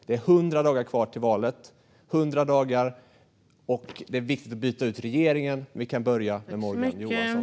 Det är 100 dagar kvar till valet. Det är viktigt att byta ut regeringen, men vi kan börja med Morgan Johansson.